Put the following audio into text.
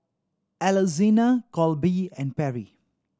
Alexina Colby and Perry